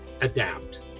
adapt